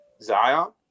Zion